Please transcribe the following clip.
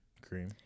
Cream